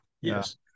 Yes